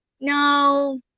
no